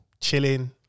Chilling